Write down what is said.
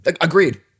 Agreed